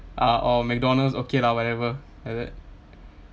ah oh McDonald's okay lah whatever like that